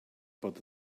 bod